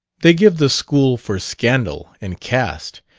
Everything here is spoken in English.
they give the school for scandal and caste,